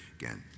Again